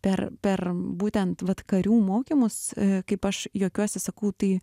per per būtent vat karių mokymus kaip aš juokiuosi sakau tai